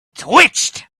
twitched